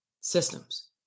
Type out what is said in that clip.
systems